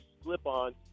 slip-on